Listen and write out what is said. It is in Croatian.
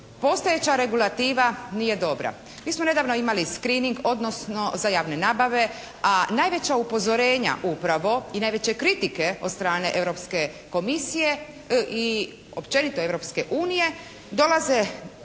Postojeća regulativa nije dobra. Mi smo nedavno imali screening odnosno za javne nabave, a najveća upozorenja upravo i najveće kritike od strane Europske komisije i općenito Europske unije dolaze